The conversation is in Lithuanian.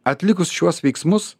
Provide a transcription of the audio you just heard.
atlikus šiuos veiksmus